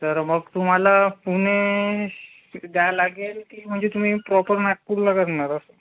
तर मग तुम्हाला पुणे द्यावं लागेल की म्हणजे तुम्ही प्रॉपर नागपूरला करणार असं